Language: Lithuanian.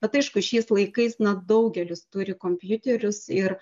bet aišku šiais laikais na daugelis turi kompiuterius ir